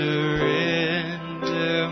Surrender